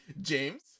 James